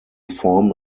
form